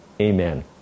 amen